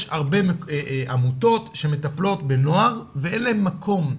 הרבה עמותות שמטפלות בנוער ואין להם מקום.